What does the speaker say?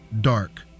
Dark